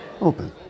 Open